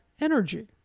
energy